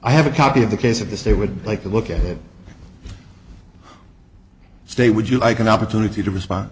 i have a copy of the case of this they would like to look at it stay would you like an opportunity to respond